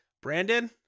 Brandon